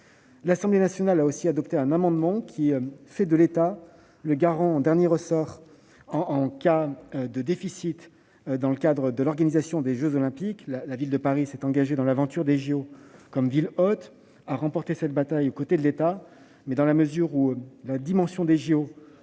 l'Assemblée nationale a adopté un amendement visant à faire de l'État le garant en dernier ressort en cas de déficit dans le cadre de l'organisation des jeux Olympiques. La Ville de Paris s'est engagée dans l'aventure des JO comme ville hôte ; elle a remporté cette bataille aux côtés de l'État. Néanmoins, dans la mesure où la dimension des JO